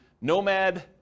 Nomad